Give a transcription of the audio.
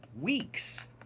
weeks